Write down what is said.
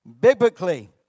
biblically